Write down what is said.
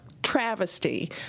Travesty